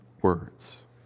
words